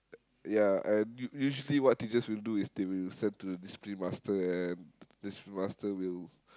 yeah and u~ usually what teachers will do is they will send to the discipline-master and discipline-master will